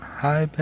hi